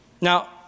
Now